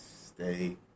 stay